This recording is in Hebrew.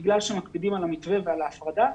בגלל שמקפידים על המתווה ועל ההפרדה,